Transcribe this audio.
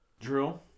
Drill